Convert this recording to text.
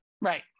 Right